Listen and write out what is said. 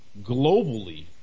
globally